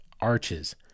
arches